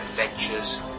adventures